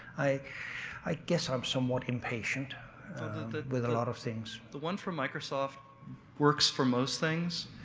i i guess i'm somewhat impatient with a lot of things. the one from microsoft works for most things,